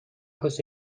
کوس